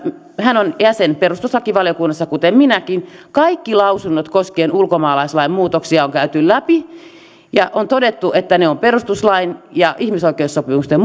hän on jäsen perustuslakivaliokunnassa kuten minäkin että kaikki lausunnot koskien ulkomaalaislain muutoksia on käyty läpi ja on todettu että ne ovat perustuslain ja ihmisoikeussopimusten